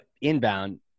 inbound